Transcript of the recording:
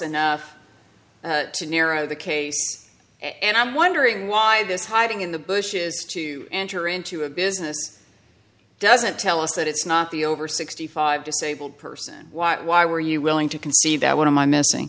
enough to narrow the case and i'm wondering why this hiding in the bushes to enter into a business doesn't tell us that it's not the over sixty five disabled person why why were you willing to concede that what am i missing